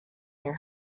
your